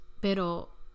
Pero